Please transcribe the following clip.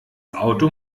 auto